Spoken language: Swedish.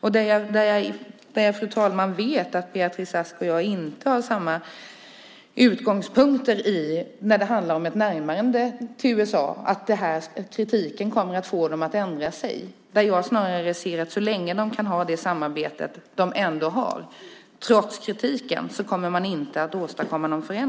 Jag vet, fru talman, att Beatrice Ask och jag inte har samma utgångspunkt när det gäller ett närmande till USA och huruvida denna kritik kommer att få dem att ändra sig. Jag ser snarare att så länge de kan ha det samarbete som de trots kritiken ändå har kommer ingen förändring att åstadkommas.